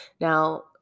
Now